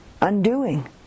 undoing